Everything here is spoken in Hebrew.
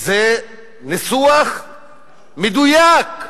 זה ניסוח מדויק,